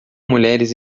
mulheres